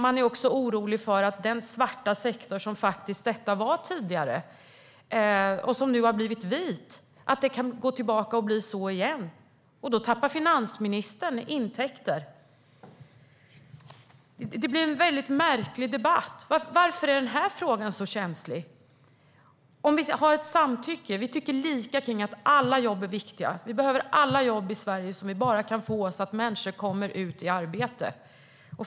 De är också oroliga för att denna tidigare svarta sektor som nu har blivit vit kan återgå till att bli svart. Då tappar finansministern intäkter. Det blir en mycket märklig debatt. Varför är denna fråga så känslig? Vi borde dela synen att alla jobb är viktiga och att vi behöver alla jobb vi kan få i Sverige så att människor kommer ut i arbete.